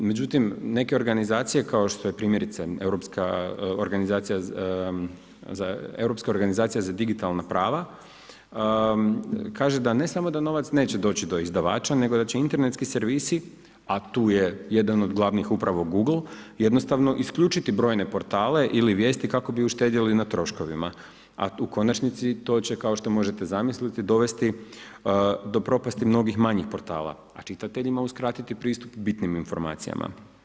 Međutim neke organizacije kao što je primjerice Europska organizacija za digitalna prava kaže da ne samo da novac neće doći do izdavača nego da će internetski servisi, a tu je jedan od glavnih upravo Google jednostavno isključiti brojne portale ili vijesti kako bi uštedjeli na troškovima, a u konačnici to će kao što možete zamisliti dovesti do propasti mnogih manjih portala, a čitateljima uskratiti pristup bitnim informacijama.